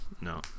No